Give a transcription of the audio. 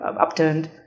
upturned